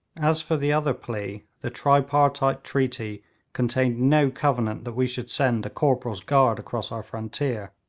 as for the other plea, the tripartite treaty contained no covenant that we should send a corporal's guard across our frontier.